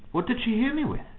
what did she hear me with?